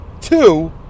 Two